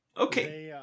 Okay